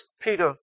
Peter